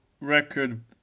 record